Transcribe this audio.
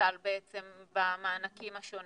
שנוצל במענקים השונים?